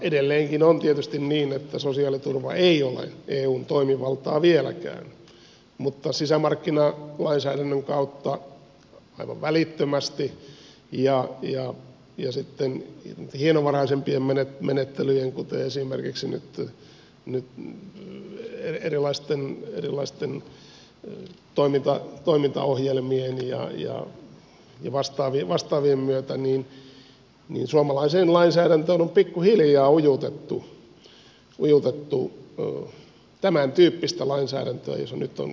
edelleenkin on tietysti niin että sosiaaliturva ei ole eun toimivaltaa vieläkään mutta sisämarkkinalainsäädännön kautta aivan välittömästi ja sitten hienovaraisempien menettelyjen kuten esimerkiksi nyt erilaisten toimintaohjelmien ja vastaavien myötä suomalaiseen lainsäädäntöön on pikkuhiljaa ujutettu tämäntyyppistä lainsäädäntöä josta nyt on kysymys